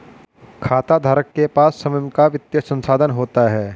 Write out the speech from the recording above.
खाताधारक के पास स्वंय का वित्तीय संसाधन होता है